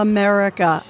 America